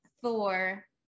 Thor